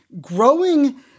growing